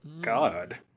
God